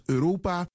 Europa